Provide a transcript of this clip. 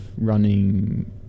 running